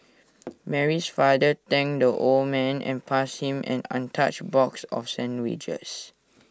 Mary's father thanked the old man and passed him an untouched box of sandwiches